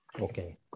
Okay